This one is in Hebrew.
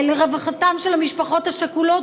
לרווחתן של המשפחות השכולות,